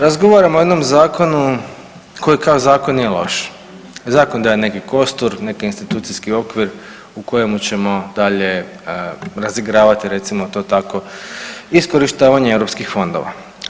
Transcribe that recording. Razgovaramo o jednom zakonu koji kao zakon nije loš, zakon daje neki kostur neki institucijski okvir u kojemu ćemo dalje razigravati, recimo to tako, iskorištavanje europskih fondova.